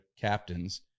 captains